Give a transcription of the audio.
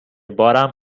بارم